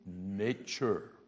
nature